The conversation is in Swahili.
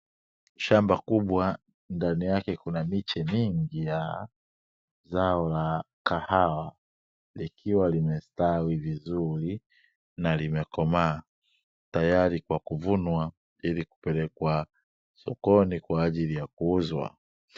Shamba kubwa ndani yake kuna miche mingi ya zao la kahawa, likiwa limestawi vizuri na limekomaa tayari kwa kuvunwa ili kupelekwa sokoni kwa ajili ya kuuzwa.